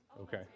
okay